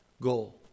goal